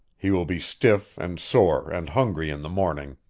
he will be stiff and sore and hungry in the morning.